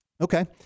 Okay